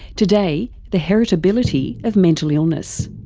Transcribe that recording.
today, the heritability of mental illness.